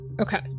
Okay